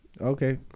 Okay